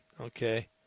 Okay